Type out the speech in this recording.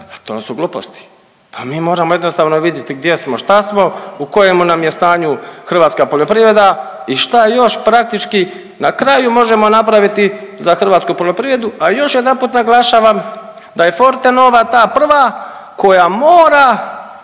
to su gluposti. Pa mi moramo jednostavno vidjeti gdje smo, šta smo, u kojemu nam je stanju hrvatska poljoprivreda i šta je još praktički na kraju možemo napraviti za hrvatsku poljoprivredu, a još jedanput naglašavam da je Fortenova ta prva koja mora